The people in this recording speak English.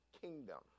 kingdom